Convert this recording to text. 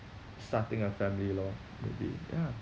starting a family lor maybe ya